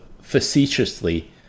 facetiously